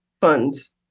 funds